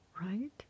right